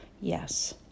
Yes